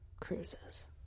Cruises